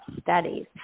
Studies